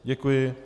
Děkuji.